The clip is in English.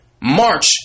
March